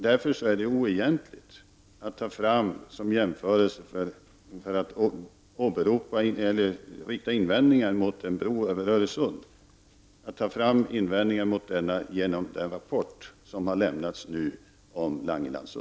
Därför är det oegentligt att rikta invändningar mot en bro över Öresund med anledning av den rapport som har lämnats gällande